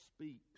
speaks